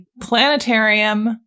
planetarium